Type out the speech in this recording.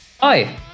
Hi